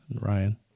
Ryan